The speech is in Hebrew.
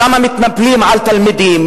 שם מתנפלים על תלמידים,